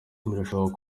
birashoboka